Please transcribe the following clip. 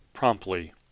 promptly